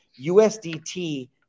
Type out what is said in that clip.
USDT